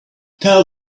tell